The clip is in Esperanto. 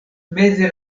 meze